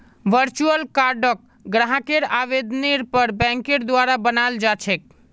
virtual कार्डक ग्राहकेर आवेदनेर पर बैंकेर द्वारा बनाल जा छेक